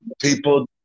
people